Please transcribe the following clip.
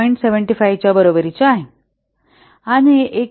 75 च्या बरोबरीचे आहे आणि हे 1